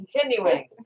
Continuing